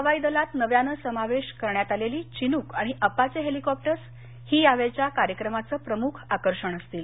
हवाई दलात नव्यानं समावेश करण्यात आलेली चीनुक आणि अपाचे हेलिकॉप्टर्स ही या वेळच्या कार्यक्रमाचं प्रमुख आकर्षण असतील